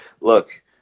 look